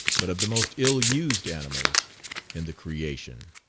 but of the most ill-used animals in the creation.